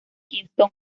kingston